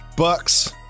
Bucks